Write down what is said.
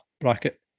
bracket